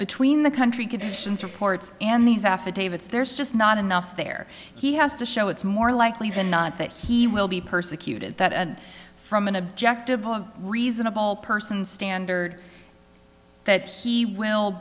between the country conditions reports and these affidavits there's just not enough there he has to show it's more likely than not that he will be persecuted that and from an objective point reasonable person standard that he will